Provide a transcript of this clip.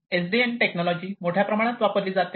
SDN technology मोठ्या प्रमाणात वापरली जाते